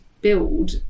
build